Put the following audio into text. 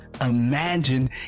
Imagine